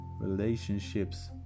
relationships